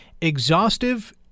exhaustive